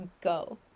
go